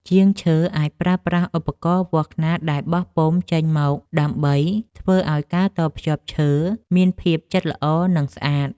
ជាងឈើអាចប្រើប្រាស់ឧបករណ៍វាស់ខ្នាតដែលបោះពុម្ពចេញមកដើម្បីធ្វើឱ្យការតភ្ជាប់ឈើមានភាពជិតល្អ និង ស្អាត។